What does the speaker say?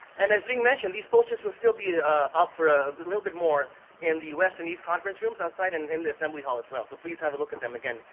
and as jing mentioned, these posters will still be up for a little bit more in the west and east conference rooms outside, and in the assembly hall as well. so, please have a look at them again,